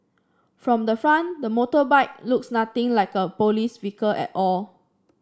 from the front the motorbike looks nothing like a police vehicle at all